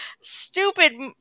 stupid